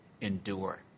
endure